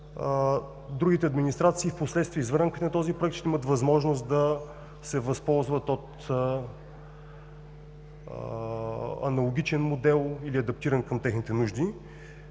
другите администрации впоследствие, извън рамките на този Проект, ще имат възможност да се възползват от аналогичен модел или адаптиран към техните нужди.